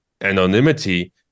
anonymity